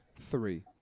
three